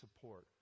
support